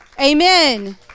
Amen